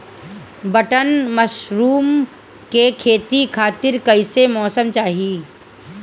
Button mushroom के खेती खातिर कईसे मौसम चाहिला?